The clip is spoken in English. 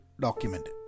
document